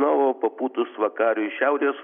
na o papūtus vakariui šiaurės